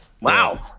Wow